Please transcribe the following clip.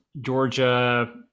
georgia